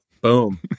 boom